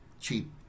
cheap